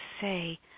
say